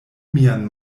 mian